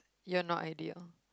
you're not ideal